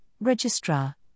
Registrar